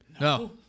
No